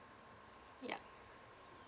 ya